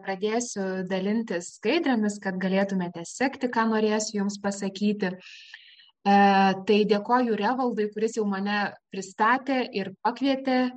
pradėsiu dalintis skaidrėmis kad galėtumėte sekti ką norėsiu jums pasakyti e tai dėkojuie evaldui kuris jau mane pristatė ir pakvietė